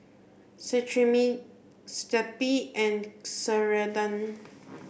Cetrimide Zappy and Ceradan